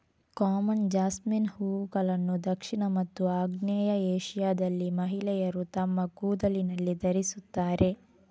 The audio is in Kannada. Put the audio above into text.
ಕಾಮನ್ ಜಾಸ್ಮಿನ್ ಹೂವುಗಳನ್ನು ದಕ್ಷಿಣ ಮತ್ತು ಆಗ್ನೇಯ ಏಷ್ಯಾದಲ್ಲಿ ಮಹಿಳೆಯರು ತಮ್ಮ ಕೂದಲಿನಲ್ಲಿ ಧರಿಸುತ್ತಾರೆ